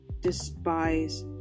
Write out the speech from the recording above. despise